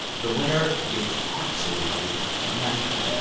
the winner gets absolutely nothing.